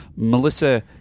Melissa